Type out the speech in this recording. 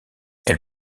elle